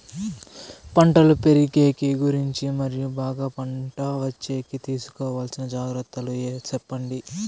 పంటలు పెరిగేకి గురించి మరియు బాగా పంట వచ్చేకి తీసుకోవాల్సిన జాగ్రత్త లు సెప్పండి?